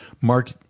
Mark